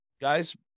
guys